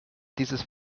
dieses